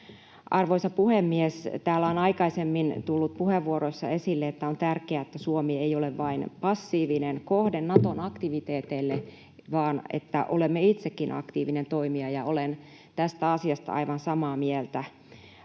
Arvoisa puhemies! Täällä on aikaisemmin tullut puheenvuoroissa esille, että on tärkeää, että Suomi ei ole vain passiivinen kohde Naton aktiviteeteille vaan että olemme itsekin aktiivinen toimija. Olen tästä asiasta aivan samaa mieltä.